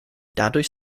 dadurch